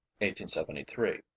1873